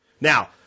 Now